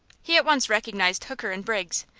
he at once recognized hooker and briggs,